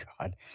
God